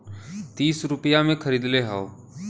तीस रुपइया मे खरीदले हौ